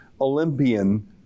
Olympian